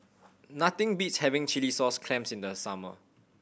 nothing beats having chilli sauce clams in the summer